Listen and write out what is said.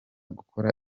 gukora